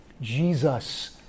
Jesus